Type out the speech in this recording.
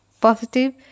positive